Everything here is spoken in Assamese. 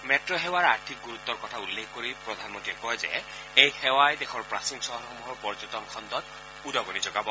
মেট্ সেৱাৰ আৰ্থিক গুৰুত্বৰ কথা উল্লেখ কৰি প্ৰধানমন্ত্ৰীয়ে কয় যে এই সেৱাই দেশৰ প্ৰাচীন চহৰসমূহৰ পৰ্যটন খণ্ডত উদগণি যোগাব